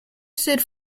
stood